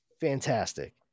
fantastic